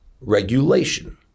regulation